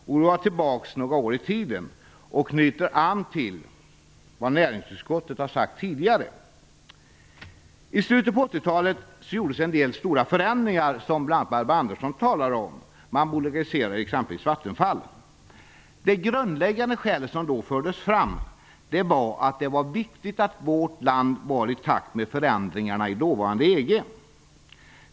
Jag går då tillbaka några år i tiden och knyter an till vad näringsutskottet har sagt tidigare. I slutet av 1980-talet gjordes en del stora förändringar, vilket bl.a. Barbro Andersson talade om. Man bolagiserade exempelvis Vattenfall. Det grundläggande skäl som då fördes fram var att det var viktigt att vårt land var i takt med förändringarna i dåvarande EG.